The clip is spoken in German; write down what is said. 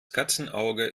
katzenauge